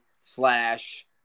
slash